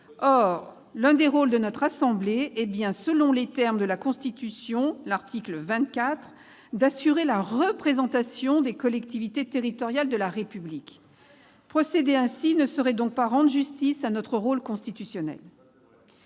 Or l'un des rôles de notre assemblée est bien, selon les termes de l'article 24 de la Constitution, d'assurer la représentation des collectivités territoriales de la République. Très bien ! Procéder ainsi ne serait donc pas rendre justice à notre rôle constitutionnel.